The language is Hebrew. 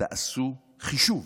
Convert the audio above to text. תעשו חישוב